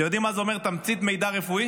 אתם יודעים מה זה אומר תמצית מידע רפואי?